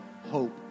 hope